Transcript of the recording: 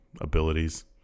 Abilities